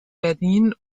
berlin